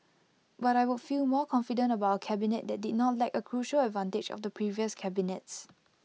but I would feel more confident about cabinet that did not lack A crucial advantage of the previous cabinets